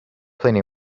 plenty